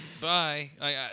bye